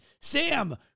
Sam